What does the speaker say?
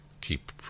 keep